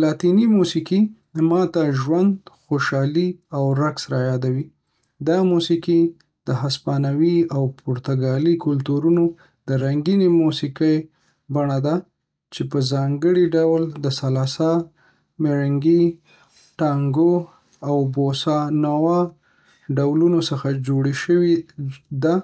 لاتیني موسیقي ما ته ژوند، خوشحالي، او رقص رايادوي. دا موسیقي د هسپانوي او پرتګالي کلتورونو د رنګین موسیقۍ بڼه ده، چې په ځانګړي ډول د سالسا، مرینګې، ټانګو، او بوسا نووا ډولونو څخه جوړه شوې ده.